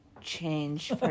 change